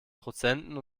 prozenten